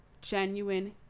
genuine